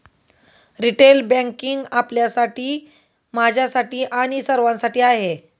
retail banking आपल्यासाठी, माझ्यासाठी आणि सर्वांसाठी आहे